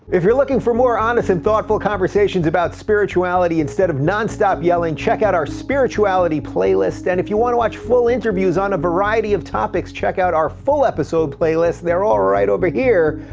if you're looking for more honest and thoughtful conversations about spirituality instead of non-stop yelling, check out our spirituality playlist, and if you wanna watch full interviews on a variety of topics, check out our full-episode playlists. they're all right over here.